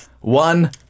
one